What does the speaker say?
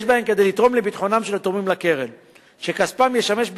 יש בה כדי לתרום לביטחונם של התורמים לקרן שכספם ישמש,